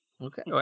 Okay